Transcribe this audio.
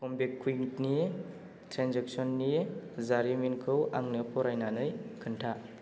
कम्बेकुइकनि ट्रेन्जेकसननि जारिमिनखौ आंनो फरायनानै खोन्था